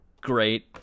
great